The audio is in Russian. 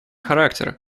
характер